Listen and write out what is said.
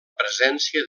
presència